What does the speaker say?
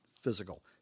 Physical